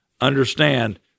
understand